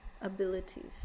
abilities